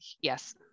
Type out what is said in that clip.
yes